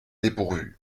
dépourvue